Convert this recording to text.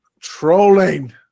trolling